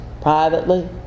privately